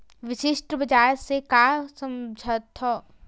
विशिष्ट बजार से का समझथव?